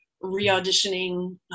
re-auditioning